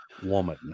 woman